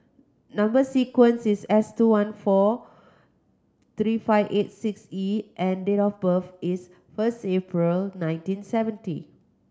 number sequence is S two one four three five eight six E and date of birth is first April nineteen seventy